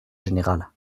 générale